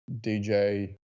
DJ